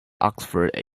oxford